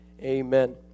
Amen